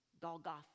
Golgotha